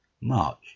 March